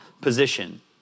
position